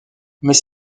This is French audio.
mais